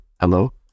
Hello